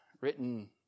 written